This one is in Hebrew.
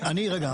אני, רגע.